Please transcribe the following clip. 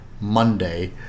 Monday